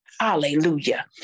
Hallelujah